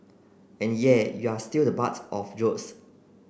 and yep you are still the butt of jokes